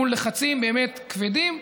מול לחצים באמת כבדים.